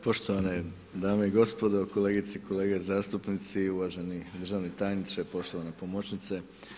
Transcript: Poštovane dame i gospodo, kolegice i kolege zastupnici i uvaženi državni tajniče, poštovana pomoćnice.